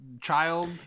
child